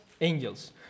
angels